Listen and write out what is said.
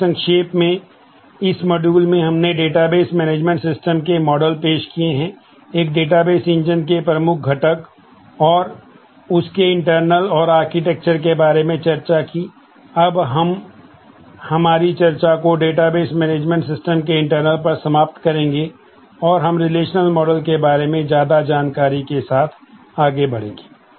इसलिए संक्षेप में इस मॉड्यूल के बारे में ज्यादा जानकारी के साथ आगे बढ़ेंगे